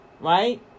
right